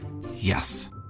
Yes